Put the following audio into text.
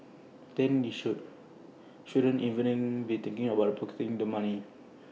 and you shouldn't even be thinking about pocketing the money